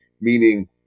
meaning